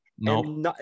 No